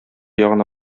ягына